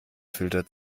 filter